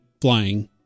flying